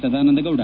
Sadananda Gowda